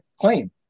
claim